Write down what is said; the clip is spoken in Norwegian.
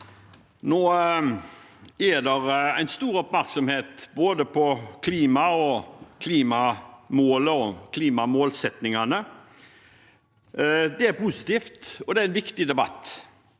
Nå er det stor oppmerksomhet rundt både klimamålet og klimamålsettingene. Det er positivt, og det er en viktig debatt,